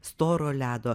storo ledo